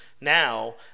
now